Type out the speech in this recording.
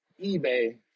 eBay